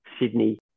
Sydney